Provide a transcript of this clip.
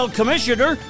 Commissioner